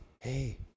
Hey